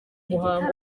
igitaramo